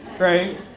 Right